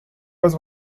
was